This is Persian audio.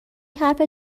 حرف